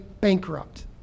bankrupt